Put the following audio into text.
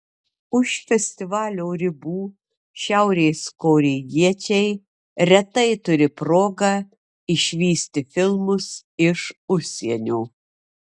už festivalio ribų šiaurės korėjiečiai retai turi progą išvysti filmus iš užsienio